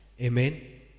Amen